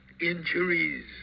injuries